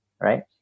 right